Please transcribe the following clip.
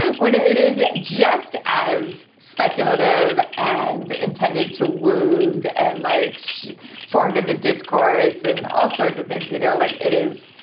when it it is just as speculative and intended to wound and like so formed in and the discourse and all sorts of things. you know like it is